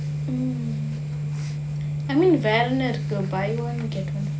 I mean வேற என்ன இருக்கு:vera enna irukku buy one get one